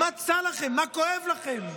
מה צר לכם, מה כואב לכם?